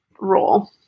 role